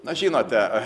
na žinote